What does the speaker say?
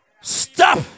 Stop